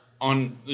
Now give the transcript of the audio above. on